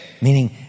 Meaning